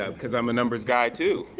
ah because i'm a numbers guy too,